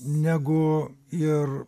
negu ir